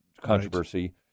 controversy